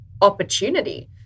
opportunity